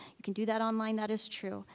you can do that online, that is true,